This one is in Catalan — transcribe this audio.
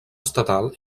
estatal